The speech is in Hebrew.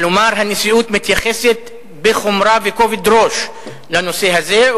כלומר הנשיאות מתייחסת בחומרה וכובד ראש לנושא הזה,